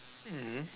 mmhmm